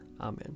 Amen